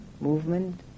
movement